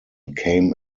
came